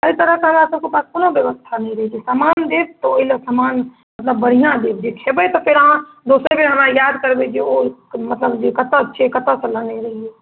एहि तरहके हमरा सबके पास कोनो बेबस्था नहि रहै छै समान देब तऽ ओहिलए समान मतलब बढ़िआँ देब जे खेबै तऽ फेर अहाँ दोसर बेर अहाँ याद करबै जे ओ जे मतलब कतहु छै कतहुसँ लेने रहिए